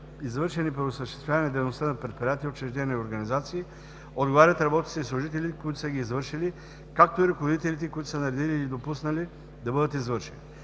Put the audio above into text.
извършени при осъществяване дейността на предприятия, учреждения и организации отговарят работниците и служителите, които са ги извършили, както и ръководителите, които са наредили или допуснали да бъдат извършени.